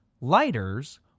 Lighters